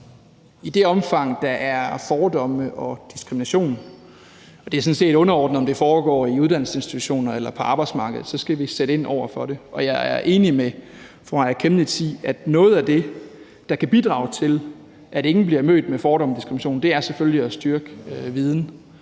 I det omfang, der er fordomme og diskrimination, og det er sådan set underordnet, om det foregår i uddannelsesinstitutioner eller på arbejdsmarkedet, skal vi sætte ind over for det. Og jeg er enig med fru Aaja Chemnitz i, at noget af det, der kan bidrage til, at ingen bliver mødt med fordomme og diskrimination, selvfølgelig er at styrke viden.